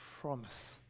promise